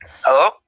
Hello